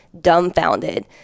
dumbfounded